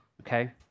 okay